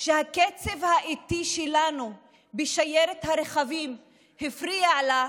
שהקצב האיטי שלנו בשיירת הרכבים הפריע לה,